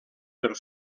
per